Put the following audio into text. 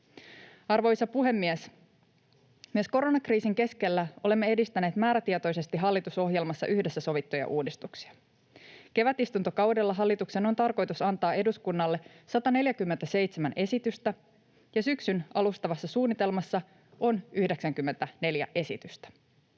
Arvoisa puhemies! Myös koronakriisin keskellä olemme edistäneet määrätietoisesti hallitusohjelmassa yhdessä sovittuja uudistuksia. Kevätistuntokaudella hallituksen on tarkoitus antaa eduskunnalle 147 esitystä, ja syksyn alustavassa suunnitelmassa on 94 esitystä.